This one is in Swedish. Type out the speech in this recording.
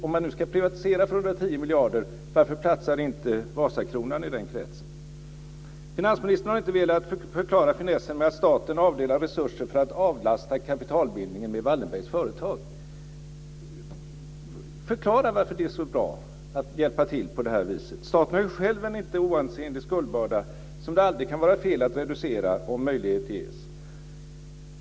Om man nu ska privatisera för 110 miljarder, varför platsar då inte Vasakronan i den kretsen? Finansministern har inte velat förklara finessen med att staten avdelar resurser för att avlasta kapitalbindningen med Wallenbergs företag. Förklara varför det är så bra att hjälpa till på det viset! Staten har ju själv en inte oansenlig skuldbörda som det aldrig kan vara fel att reducera om möjlighet ges.